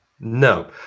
No